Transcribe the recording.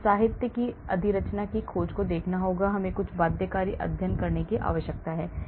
हमें साहित्य की अधिरचना की खोज को देखना होगा हमें कुछ बाध्यकारी अध्ययन करने की आवश्यकता है